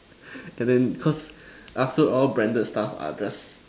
as in cause after all branded stuff are just